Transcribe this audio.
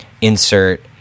insert